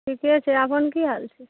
ठिके छै अपन कि हाल छै